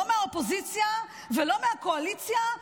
לא מהאופוזיציה ולא מהקואליציה,